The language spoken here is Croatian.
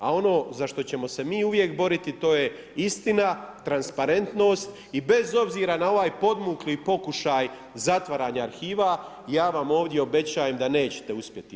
A ono za što ćemo se mi uvijek boriti to je istina, transparentnost i bez obzira na ovaj podmukli pokušaj zatvaranja arhiva ja vam ovdje obećajem da nećete uspjeti.